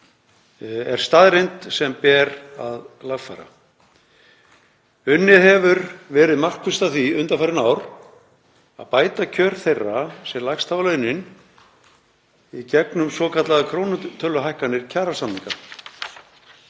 er staðreynd sem ber að lagfæra. Unnið hefur verið markvisst að því undanfarin ár að bæta kjör þeirra sem lægst hafa launin í gegnum svokallaðar krónutöluhækkanir kjarasamninga.